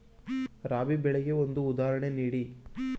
ರಾಬಿ ಬೆಳೆಗೆ ಒಂದು ಉದಾಹರಣೆ ನೀಡಿ